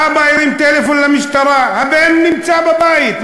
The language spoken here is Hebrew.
האבא הרים טלפון למשטרה: הבן נמצא בבית,